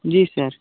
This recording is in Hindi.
जी सर